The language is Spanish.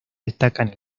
destacan